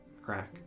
crack